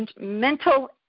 mental